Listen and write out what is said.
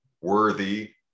worthy